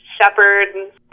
shepherd